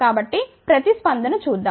కాబట్టి ప్రతిస్పందన చూద్దాం